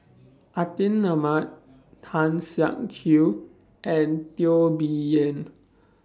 Atin Amat Tan Siak Kew and Teo Bee Yen